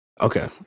Okay